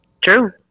True